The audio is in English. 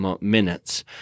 minutes